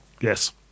Yes